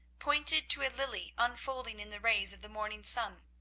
pointed to a lily unfolding in the rays of the morning sun.